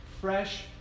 fresh